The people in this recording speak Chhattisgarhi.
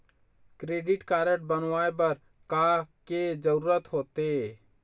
क्रेडिट कारड बनवाए बर का के जरूरत होते?